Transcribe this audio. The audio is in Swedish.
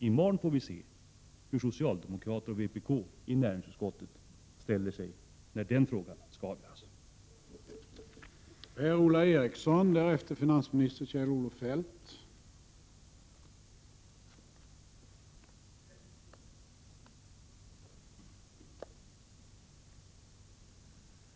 I morgon får vi se hur socialdemokraterna och vpk-arna i näringsutskottet ställer sig när frågan då skall avhandlas där.